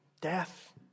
death